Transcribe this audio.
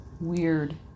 Weird